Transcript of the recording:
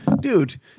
dude –